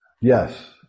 Yes